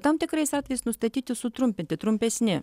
tam tikrais atvejais nustatyti sutrumpinti trumpesni